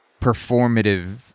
performative